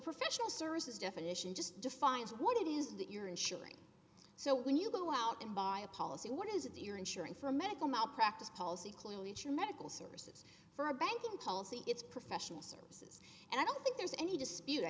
professional services definition just defines what it is that you're insuring so when you go out and buy a policy what is it you're insuring for medical malpractise policy clearly it's your medical services for a banking policy it's professional service and i don't think there's any dispute i